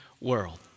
world